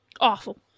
awful